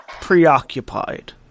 preoccupied